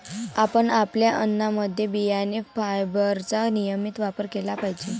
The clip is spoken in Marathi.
आपण आपल्या अन्नामध्ये बियांचे फायबरचा नियमित वापर केला पाहिजे